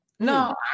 No